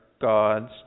gods